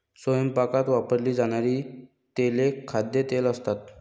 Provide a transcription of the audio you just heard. स्वयंपाकात वापरली जाणारी तेले खाद्यतेल असतात